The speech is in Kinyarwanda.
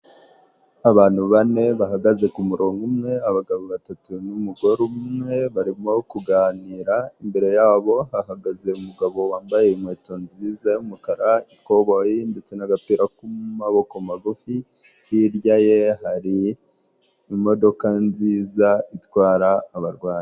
Abantu bane bahagaze ku murongo umwe, abagabo batatu n'umugore umwe, barimo kuganira, imbere yabo hahagaze umugabo wambaye inkweto nziza y'umukara, ikoboyi ndetse n'agapira k'amaboko magufi, hirya ye hari imodoka nziza, itwara abarwanyi.